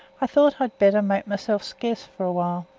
i thowt i'd better make mysel' scarce for a while,